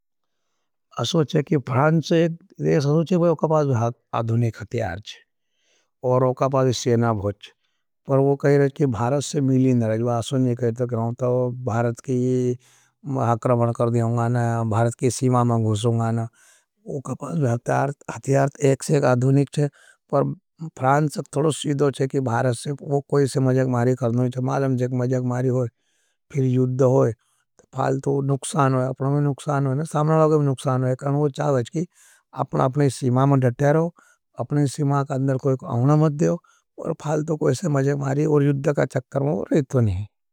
असोच है कि फ्रांस से एक रेश असोच है। कि वो अपका पास अधुनिक अथियार है, और वो अपका पास सेना भोच है। पर वो कही रहे है कि भारत से मिली नहीं रहे। वो असोच नहीं कहता कि वो भारत की महाक्रमण कर दियोंगाना। भारत की सीमा में गुशों कि वो फालतो कोई से मजजग मारी है। और युद्धा की चक्कर में रहे तो नहीं। अपनी अपनी सीमा में डटे रहो, फालतू किसी से मगजमारी करो ने छे।